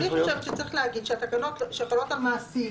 אני חושבת שצריך להגיד שהתקנות שחלות על מעסיק